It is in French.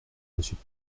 monsieur